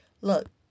Look